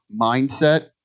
mindset